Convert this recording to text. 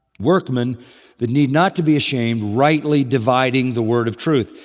workmen that need not to be ashamed, rightly dividing the word of truth,